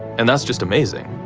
and that's just amazing.